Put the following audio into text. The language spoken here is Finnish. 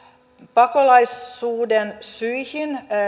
pakolaisuuden syihin